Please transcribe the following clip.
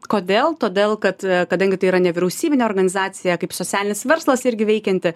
kodėl todėl kad kadangi tai yra nevyriausybinė organizacija kaip socialinis verslas irgi veikianti